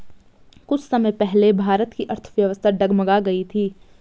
कुछ समय पहले भारत की अर्थव्यवस्था डगमगा गयी थी